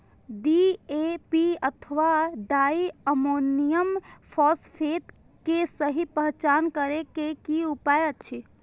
DAP अथवा di ammonium phosphate के सहि पहचान करे के कि उपाय अछि?